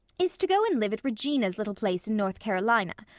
is to go and live at regina's little place in north carolina.